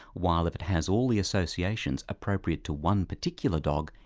while if it has all the associations appropriate to one particular dog,